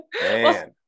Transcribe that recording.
Man